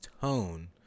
tone